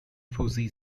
fuji